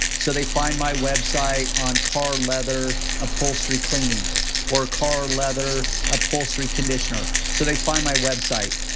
so they find my website on car leather upholstery cleaning or car leather upholstery conditioner, so they find my website.